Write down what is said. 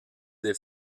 des